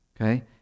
okay